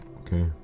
Okay